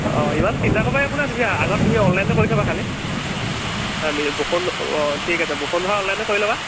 অঁ ইমান চিন্তা কৰিবলগীয়া একো নাই তুমি আগত তুমি অনলাইনটো কৰি থ'বা খালী আমি অঁ ঠিক আছে বসুন্ধৰা অনলাইনটো কৰি ল'বা